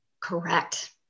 Correct